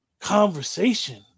conversation